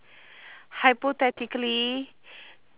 hypothetically